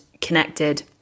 connected